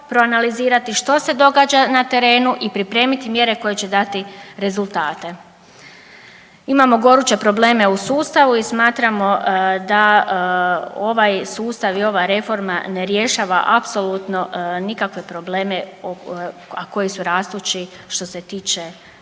proanalizirati što se događa na terenu i pripremiti mjere koje će dati rezultate. Imamo goruće probleme u sustavu i smatramo da onaj sustav i ova reforma ne rješava apsolutno nikakve probleme, a koji su rastući što se tiče